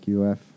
UF